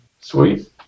Sweet